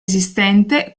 esistente